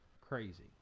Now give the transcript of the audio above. crazy